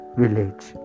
village